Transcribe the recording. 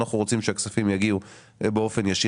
אנחנו רוצים שהכספים יגיעו באופן ישיר.